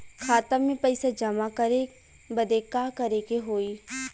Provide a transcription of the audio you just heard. खाता मे पैसा जमा करे बदे का करे के होई?